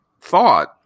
thought